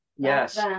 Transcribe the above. Yes